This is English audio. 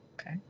okay